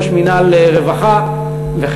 ראש מינהל חינוך ורווחה,